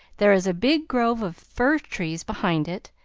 there is a big grove of fir trees behind it,